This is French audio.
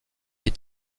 est